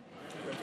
חוה